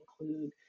include